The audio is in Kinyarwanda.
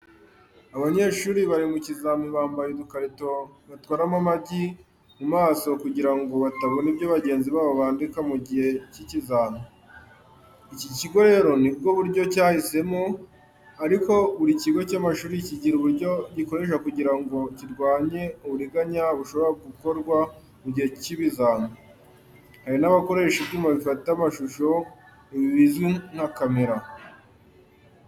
Abanyeshuri bari mu kizami bambaye udukarito batwaramo amagi mu maso kugira ngo batabona ibyo bagenzi babo bandika mu gihe cy'ibizami. Iki kigo rero nibwo buryo cyahisemo, ariko buri kigo cy’amashuri kigira uburyo gikoresha kugira ngo kirwanye uburiganya bushobora gukorwa mu gihe cy’ibizami, hari n’abakoresha ibyuma bifata amashusho ibi bizwi nka Kamera.